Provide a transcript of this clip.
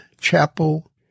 Chapel